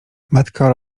matka